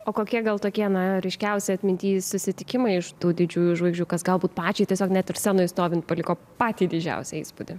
o kokie gal tokie na ryškiausi atminty susitikimai iš tų didžiųjų žvaigždžių kas galbūt pačiai tiesiog net ir scenoj stovint paliko patį didžiausią įspūdį